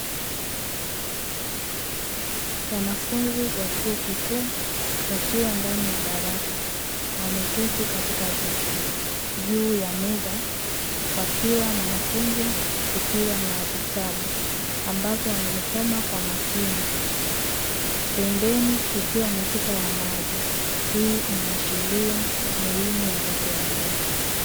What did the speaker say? Wanafunzi wa chuo kikuu wakiwa ndani ya darasa wameketi katika viti juu ya meza kwa kila mwanafunzi kukiwa na vitabu, ambavyo husoma kwa makini pembeni kukiwa na chupa ya maji hii inaashiria elimu ya watu wazima.